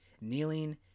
kneeling